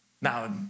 Now